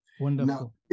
Wonderful